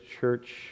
Church